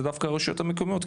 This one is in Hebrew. זה דווקא הרשויות המקומיות,